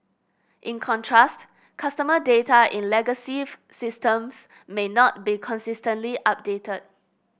in contrast customer data in legacy if systems may not be consistently updated